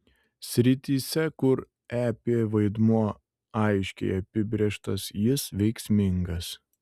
srityse kur ep vaidmuo aiškiai apibrėžtas jis veiksmingas